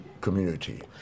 community